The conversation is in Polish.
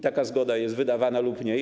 Taka zgoda jest wydawana lub nie.